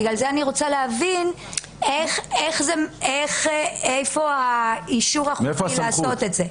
בגלל זה אני רוצה להבין איפה האישור החוקי לעשות את זה.